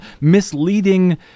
misleading